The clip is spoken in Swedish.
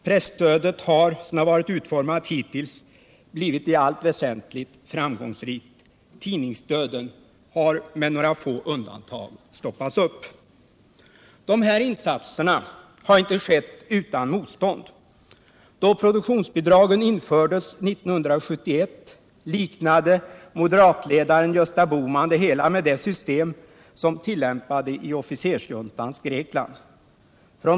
Presstödet har, som det varit utformat hittills, blivit i allt väsentligt framgångsrikt. Tidningsdöden har med några få undantag stoppats upp. Dessa insatser har inte gjorts utan motstånd. När produktionsbidragen genomfördes 1971 liknade moderatledaren Gösta Bohman det hela vid det system som tillämpades i officersjuntans Grekland.